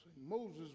Moses